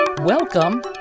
welcome